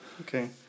Okay